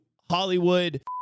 Hollywood